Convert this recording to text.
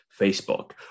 Facebook